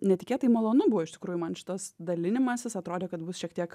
netikėtai malonu buvo iš tikrųjų man šitas dalinimasis atrodė kad bus šiek tiek